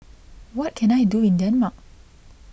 what can I do in Denmark